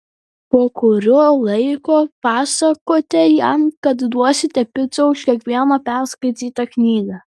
po kurio laiko pasakote jam kad duosite picą už kiekvieną perskaitytą knygą